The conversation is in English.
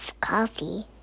coffee